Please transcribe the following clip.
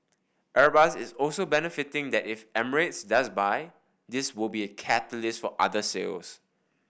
airbus is also betting that if Emirates does buy this will be a catalyst for other sales